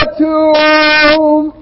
tomb